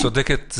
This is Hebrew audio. את צודקת,